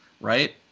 right